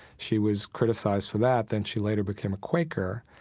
she was criticized for that, then she later became a quaker.